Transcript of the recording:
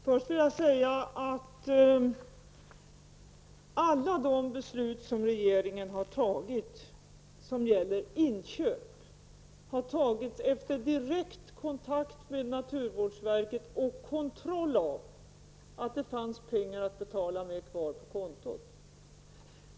Herr talman! Alla de beslut som gäller inköp som regeringen har fattat, har fattats efter direkt kontakt med naturvårdsverket och kontroll av att det fanns pengar kvar att betala med på kontot.